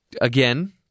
again